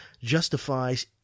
justifies